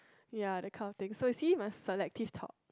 ya that kind of thing so you see must selective talk